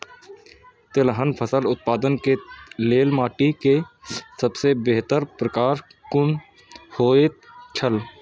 तेलहन फसल उत्पादन के लेल माटी के सबसे बेहतर प्रकार कुन होएत छल?